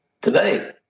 Today